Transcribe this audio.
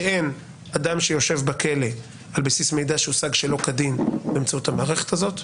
שאין אדם שיושב בכלא על בסיס מידע שהושג שלא כדין באמצעות המערכת הזאת.